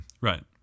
Right